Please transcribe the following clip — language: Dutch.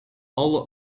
alle